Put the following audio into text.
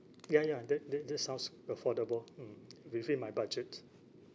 ya ya that that that sounds affordable mm within my budget